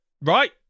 right